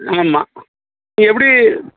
ஆமாம் அது எப்படி